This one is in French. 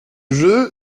jeu